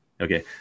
Okay